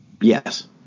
Yes